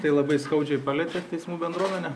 tai labai skaudžiai palietė teismų bendruomenę